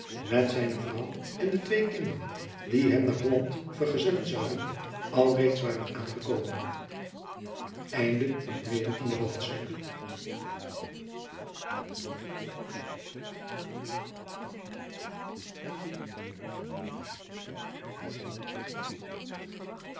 met zijne vrouw en de twee kinderen die hem naar holland vergezellen zouden alreeds waren aangekomen twintigste hoofdstuk